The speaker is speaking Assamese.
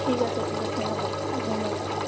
ঠিক আছে ঠিক আছে হ'ব ধন্যবাদ